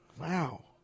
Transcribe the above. Wow